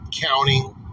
counting